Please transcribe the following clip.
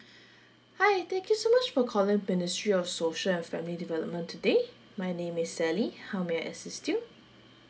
hi thank you so much for calling ministry of social and family development today my name is sally how may I assist you